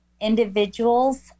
individuals